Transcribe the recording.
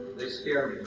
they scare